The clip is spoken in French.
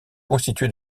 constitué